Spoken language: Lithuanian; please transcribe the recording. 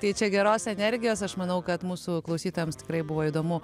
tai čia geros energijos aš manau kad mūsų klausytojams tikrai buvo įdomu